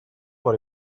for